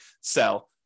sell